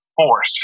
force